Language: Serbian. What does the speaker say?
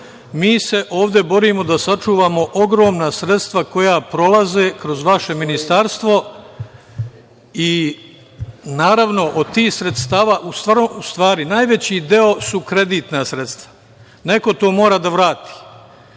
Mi se ovde borimo da sačuvamo ogromna sredstva koja prolaze kroz vaše ministarstvo i, naravno, najveći deo su kreditna sredstva. Neko to mora da vrati.